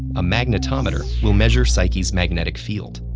a magnetometer will measure psyche's magnetic field,